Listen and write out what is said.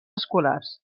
escolars